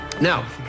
Now